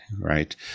right